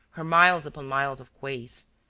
her miles upon miles of quays,